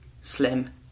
slim